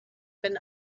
been